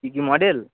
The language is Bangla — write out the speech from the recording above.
কি কি মডেল